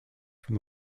from